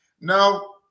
Now